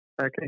Okay